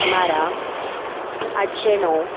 बारा आठशें णव